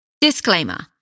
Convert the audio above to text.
Disclaimer